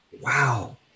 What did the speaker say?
Wow